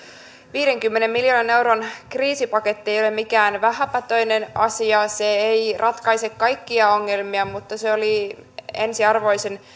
viidenkymmenen miljoonan euron kriisipaketti ei ole mikään vähäpätöinen asia se ei ratkaise kaikkia ongelmia mutta se oli ensiarvoisen